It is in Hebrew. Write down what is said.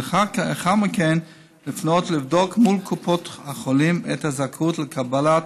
ולאחר מכן לפנות לבדוק מול קופת החולים את הזכאות לקבלת